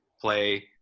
play